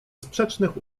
sprzecznych